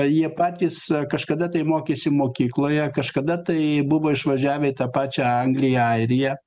jie patys kažkada tai mokėsi mokykloje kažkada tai buvo išvažiavę į tą pačią angliją airiją